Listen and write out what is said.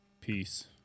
Peace